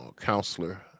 counselor